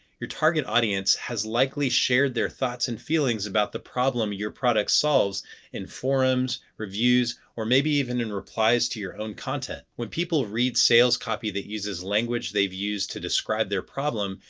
your target audience has likely shared their thoughts and feelings about the problem your product solves in forums, reviews, or maybe even in replies to your own content. when people read sales copy that uses language they've used to describe their problem,